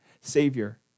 Savior